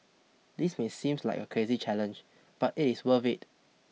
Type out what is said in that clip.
this may seems like a crazy challenge but it is worth it